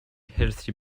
healthy